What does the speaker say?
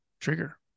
trigger